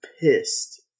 pissed